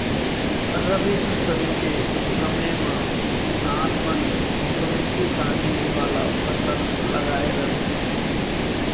रबी फसल के समे म किसान मन कमती पानी वाला फसल लगाए रथें